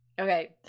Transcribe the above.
Okay